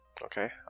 Okay